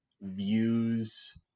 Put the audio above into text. views